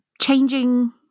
changing